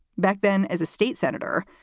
back then, as a state senator,